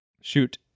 Shoot